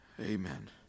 Amen